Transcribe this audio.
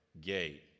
gate